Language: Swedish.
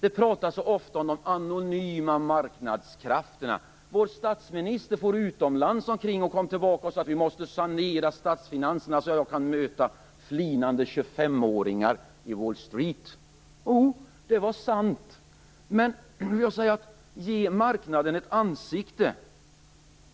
Det pratas så ofta om de anonyma marknadskrafterna. Vår statsminister for utomlands och sade när han kom tillbaka att vi måste sanera statsfinanserna, så att han kan möta flinande 25-åringar på Wall Street. Det var sant, men jag vill också säga: Ge marknaden ett ansikte!